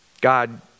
God